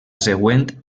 següent